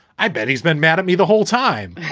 i bet he's been mad at me the whole time.